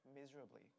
miserably